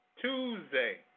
Tuesday